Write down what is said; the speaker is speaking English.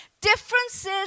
Differences